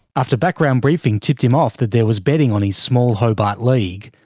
after background briefing tipped him off that there was betting on his small hobart league,